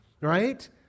right